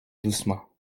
doucement